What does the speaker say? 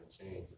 change